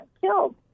killed